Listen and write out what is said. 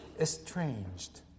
estranged